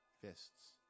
fists